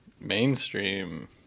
mainstream